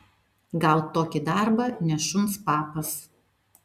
gaut tokį darbą ne šuns papas